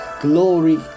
Glory